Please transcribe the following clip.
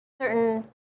certain